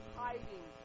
hiding